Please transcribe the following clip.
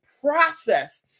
process